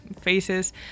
faces